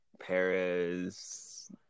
Paris